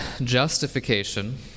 justification